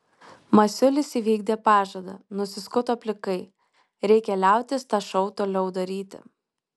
masiulis įvykdė pažadą nusiskuto plikai reikia liautis tą šou toliau daryti